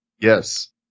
Yes